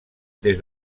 des